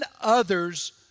others